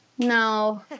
no